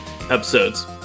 episodes